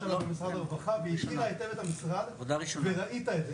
היא השאירה היטב את המשרד וראית את זה,